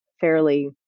fairly